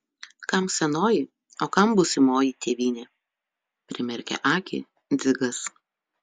kam senoji o kam būsimoji tėvynė primerkė akį dzigas